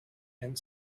and